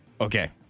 Okay